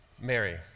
Mary